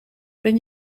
ben